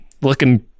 looking